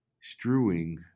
strewing